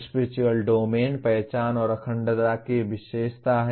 spiritual domain पहचान और अखंडता की विशेषता है